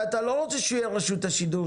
ואתה לא רוצה שהוא יהיה רשות השידור,